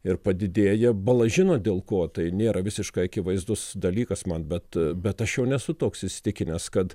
ir padidėja bala žino dėl ko tai nėra visiškai akivaizdus dalykas man bet bet aš jau nesu toks įsitikinęs kad